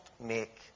make